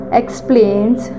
explains